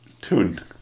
tuned